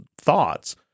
thoughts